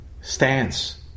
stance